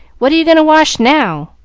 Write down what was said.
what are you going to wash now?